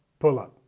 pull up.